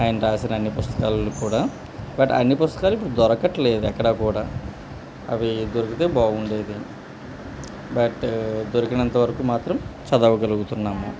ఆయన రాసిన అన్ని పుస్తకాలు కూడా బట్ అన్ని పుస్తకాలు ఇప్పుడు దొరకట్లేదు ఎక్కడ కూడా అవి దొరికితే బాగుండేది బట్ దొరికినంతవరకు మాత్రం చదవగలుగుతున్నాము